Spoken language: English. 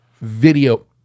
video